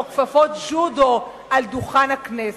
או כפפות ג'ודו על דוכן הכנסת.